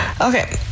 Okay